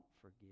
forgive